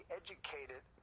educated